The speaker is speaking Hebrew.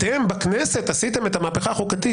אתם בכנסת עשיתם את המהפכה החוקתית,